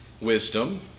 wisdom